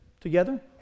Together